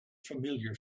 familiar